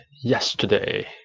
yesterday